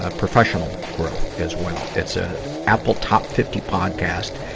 ah professional growth as well. it's a apple top fifty podcast,